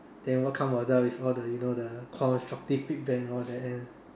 then what come after is all the you know the constructive feedback and all that and